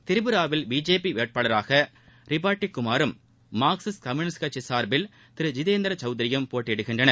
திரிபுராவில் பிஜேபி வேட்பாளராக ரிபாட்டிகுமாரும் மார்க்சிஸ்ட் கம்யூனிஸ்ட் கட்சி சார்பில் திரு ஜித்தேந்திர சௌத்ரியும் போட்டியிடுகின்றனர்